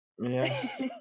yes